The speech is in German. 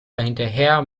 hinterher